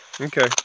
Okay